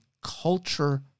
culture